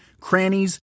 crannies